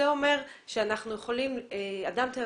זה אומר שלצורך הענין אדם טבע